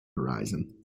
horizon